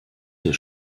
der